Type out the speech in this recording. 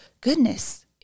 goodness